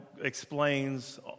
explains